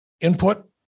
input